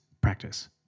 practice